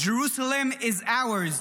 Jerusalem is ours.